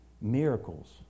Miracles